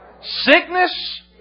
sickness